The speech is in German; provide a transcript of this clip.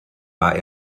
war